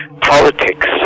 Politics